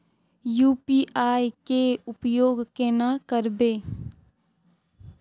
UPI के उपयोग केना करबे?